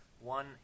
One